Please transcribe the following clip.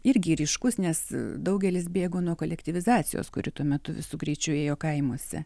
irgi ryškus nes daugelis bėgo nuo kolektyvizacijos kuri tuo metu visu greičiu ėjo kaimuose